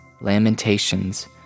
lamentations